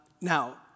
Now